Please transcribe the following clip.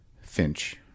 Finch